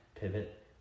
pivot